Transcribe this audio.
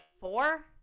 four